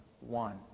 one